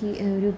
key ഒരു